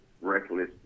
reckless